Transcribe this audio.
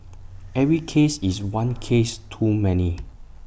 every case is one case too many